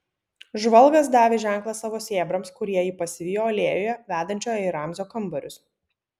žvalgas davė ženklą savo sėbrams kurie jį pasivijo alėjoje vedančioje į ramzio kambarius